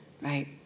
right